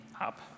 up